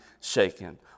shaken